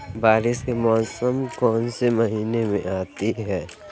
बारिस के मौसम कौन सी महीने में आता है?